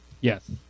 Yes